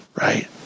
Right